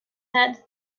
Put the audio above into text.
head